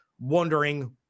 wondering